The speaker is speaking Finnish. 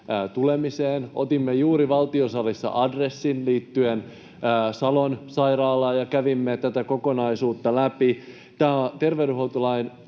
Otimme juuri Valtiosalissa adressin liittyen Salon sairaalaan ja kävimme tätä kokonaisuutta läpi.